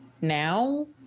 now